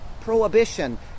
prohibition